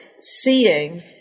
seeing